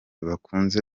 bakunze